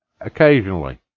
occasionally